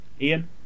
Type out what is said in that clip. ian